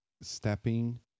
stepping